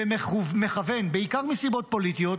ומכוון, בעיקר מסיבות פוליטיות,